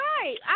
Right